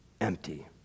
empty